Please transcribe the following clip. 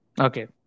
Okay